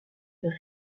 vers